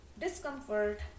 discomfort